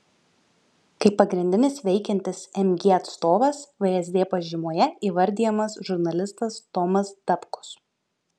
kaip pagrindinis veikiantis mg atstovas vsd pažymoje įvardijamas žurnalistas tomas dapkus